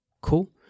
Cool